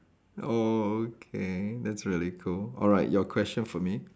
oh okay that's really cool alright your question for me